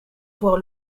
voire